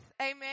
Amen